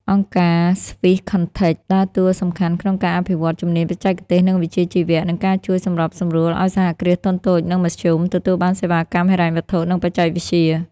អង្គការ Swisscontact ដើរតួសំខាន់ក្នុងការអភិវឌ្ឍ "ជំនាញបច្ចេកទេស និងវិជ្ជាជីវៈ" និងការជួយសម្របសម្រួលឱ្យ សហគ្រាសធុនតូច និងមធ្យម ទទួលបានសេវាកម្មហិរញ្ញវត្ថុ និងបច្ចេកវិទ្យា។